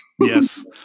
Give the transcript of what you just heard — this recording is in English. Yes